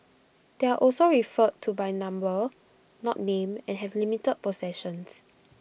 they are also referred to by number not name and have limited possessions